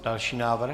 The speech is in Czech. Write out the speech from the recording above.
Další návrh?